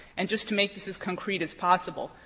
and just to make this as concrete as possible,